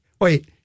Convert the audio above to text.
wait